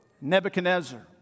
Nebuchadnezzar